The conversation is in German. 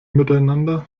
miteinander